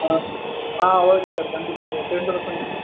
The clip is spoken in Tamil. ஆ சரி சார் ஆ ஓகே சார் கண்டிப்பாக சார்